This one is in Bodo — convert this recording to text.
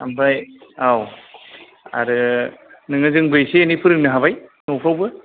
ओमफ्राय औ आरो नोङो जोंबो एसे एनै फोरोंनो हाबाय न'फ्रावबो